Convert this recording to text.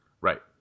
Right